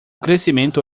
crescimento